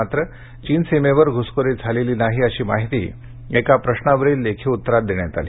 मात्र चीन सीमेवर घुसखोरी झालेली नाही अशी माहिती एका प्रश्नावरील लेखी उत्तरात देण्यात आली